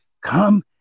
Come